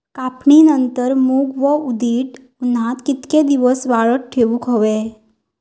कापणीनंतर मूग व उडीद उन्हात कितके दिवस वाळवत ठेवूक व्हये?